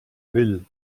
will